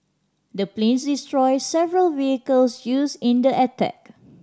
the planes destroyed several vehicles used in the attack